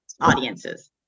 audiences